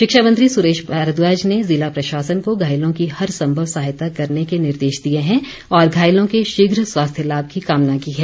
शिक्षा मंत्री सुरेश भारद्वाज ने ज़िला प्रशासन को घायलों की हर संभव सहायता करने के निर्देश दिए हैं और घायलों के शीघ्र स्वास्थ्य लाभ की कामना की है